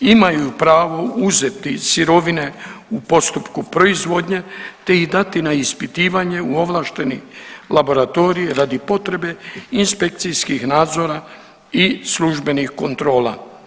Imaju pravo uzeti i sirovine u postupku proizvodnje, te ih dati na ispitivanje u ovlašteni laboratorij radi potrebe inspekcijskih nadzora i službenih kontrola.